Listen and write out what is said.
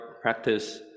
practice